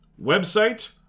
website